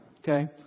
Okay